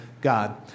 God